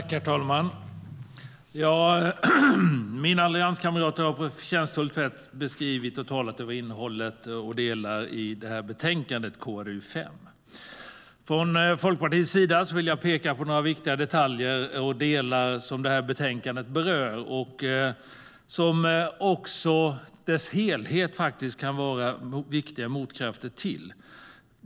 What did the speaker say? Herr talman! Mina allianskamrater har på ett förtjänstfullt sätt beskrivit och talat om innehållet i betänkande KrU5.Från Folkpartiets sida vill jag peka på några viktiga detaljer och delar som betänkandet berör och som dess helhet faktiskt kan vara en viktig motkraft till.